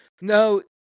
No